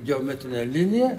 geometrinė linija